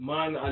Man